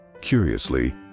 Curiously